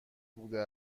بوده